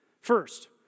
First